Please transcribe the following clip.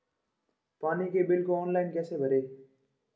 पानी के बिल को ऑनलाइन कैसे भरें?